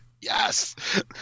yes